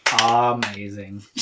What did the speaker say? Amazing